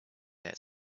that